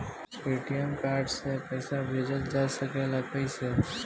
ATM card से पइसा भेजल जा सकेला कइसे?